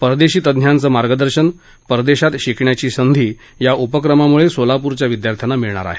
परदेशी तज्ञांचं मार्गदर्शन परदेशात शिकण्याची संधी या उपक्रमामुळे सोलापूरच्या विद्यार्थ्यांना मिळणार आहे